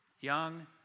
Young